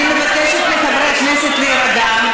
אני מבקשת מחברי הכנסת להירגע,